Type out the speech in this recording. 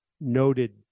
noted